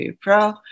pro